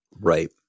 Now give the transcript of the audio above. Right